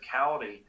physicality